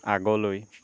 আগলৈ